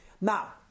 Now